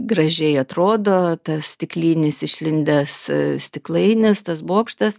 gražiai atrodo tas stiklinis išlindęs stiklainis tas bokštas